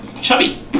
chubby